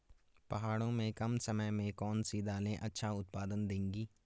पहाड़ों में कम समय में कौन सी दालें अच्छा उत्पादन देंगी?